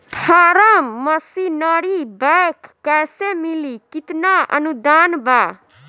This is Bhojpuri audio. फारम मशीनरी बैक कैसे मिली कितना अनुदान बा?